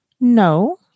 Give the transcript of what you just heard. No